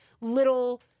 little